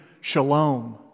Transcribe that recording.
shalom